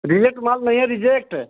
reject माल नहीं है रिजेक्ट